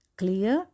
clear